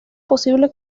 posible